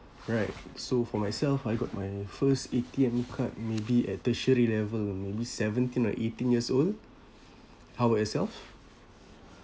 right so for myself I got my first A_T_M card maybe at tertiary level maybe seventeen or eighteen years old how about yourself